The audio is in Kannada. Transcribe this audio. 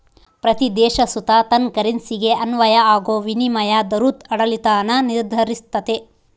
ಪ್ರತೀ ದೇಶ ಸುತ ತನ್ ಕರೆನ್ಸಿಗೆ ಅನ್ವಯ ಆಗೋ ವಿನಿಮಯ ದರುದ್ ಆಡಳಿತಾನ ನಿರ್ಧರಿಸ್ತತೆ